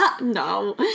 No